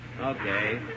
Okay